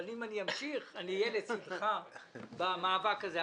אבל אם אמשיך אהיה לצדך במאבק הזה.